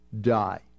die